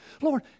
Lord